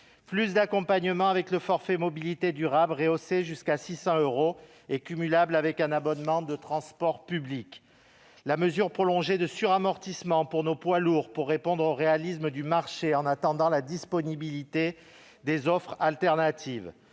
plus d'accompagnement, avec le forfait mobilité durable rehaussé jusqu'à 600 euros et cumulable avec un abonnement de transport public ; la mesure prolongée de suramortissement pour nos poids lourds, pour répondre au réalisme du marché, en attendant la disponibilité des offres alternatives